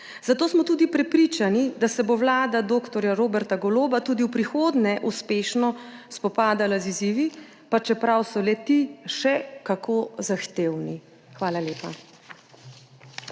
Zato smo tudi prepričani, da se bo vlada dr. Roberta Goloba tudi v prihodnje uspešno spopadala z izzivi, pa čeprav so le-ti še kako zahtevni. Hvala lepa.